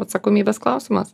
atsakomybės klausimas